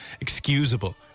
excusable